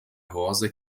rosa